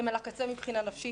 הם על הקצה מבחינה נפשית,